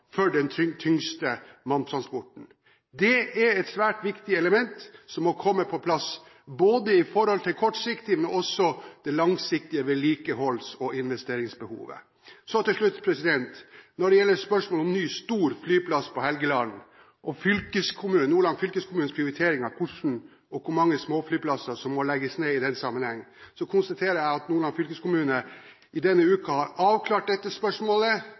for den tyngste malmtransporten. Dette er et svært viktig element som må komme på plass, både i forhold til det kortsiktige og også det langsiktige vedlikeholds- og investeringsbehovet . Så til slutt: Når det gjelder spørsmålet om ny, stor flyplass på Helgeland og Nordland fylkeskommunes prioritering av hvilke og hvor mange småflyplasser som må legges ned i den sammenheng, konstaterer jeg at Nordland fylkeskommune denne uken har avklart dette spørsmålet